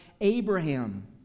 Abraham